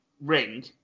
ring